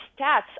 stats